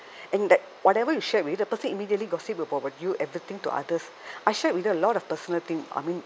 and that whatever you share with her the person immediately gossip about you everything to others I shared with her a lot of personal thing I mean